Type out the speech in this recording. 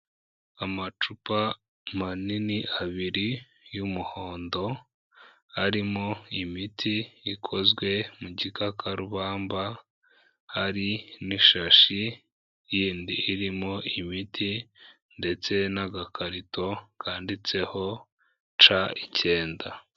Amacupa manini abiri y'umuhondo, arimo imiti ikozwe mu gikakarubamba, hari n'ishashi yindi irimo imiti ndetse n'agakarito kanditseho ca icyenda.